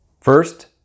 First